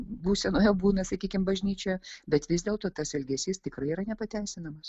būsenoje būna sakykim bažnyčioje bet vis dėlto tas elgesys tikrai yra nepateisinamas